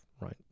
right